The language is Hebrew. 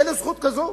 אין לו זכות כזאת,